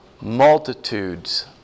multitudes